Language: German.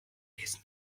lesen